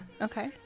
Okay